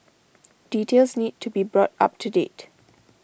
details need to be brought up to date